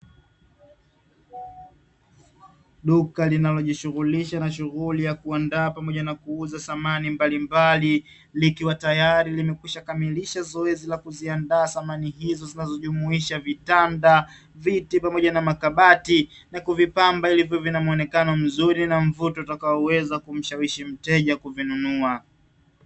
Duka linalojishughulisha na shughuli ya kuandaa pamoja na kuuza samani mbalimbali likiwa tayari limekwisha kamilisha zoezi la kuziandaa samani hizo zinazojumuisha vitanda, viti pamoja na makabati na kuvipamba ili viwe na muonekano mzuri na mvuto utakaoweza kumshawishi mteja kuvinunua.